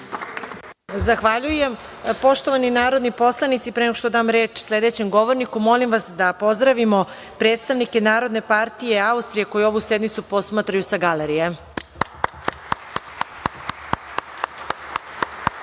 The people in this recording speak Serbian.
Zahvaljujem. Poštovani narodni poslanici, pre nego što dam reč sledećem govorniku, molim vas da pozdravimo predstavnike Narodne partije Austrije koju ovu sednicu posmatraju sa galerije.